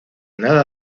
nada